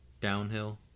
Downhill